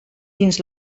dins